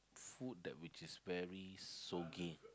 food that which is very soggy